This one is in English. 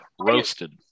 roasted